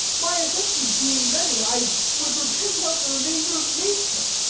my offences being many, i would repent out the remainder of nature.